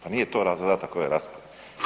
Pa nije to zadatak ove rasprave.